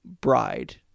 bride